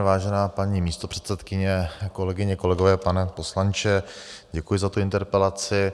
Vážená paní místopředsedkyně, kolegyně, kolegové, pane poslanče, děkuji za interpelaci.